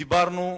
דיברנו.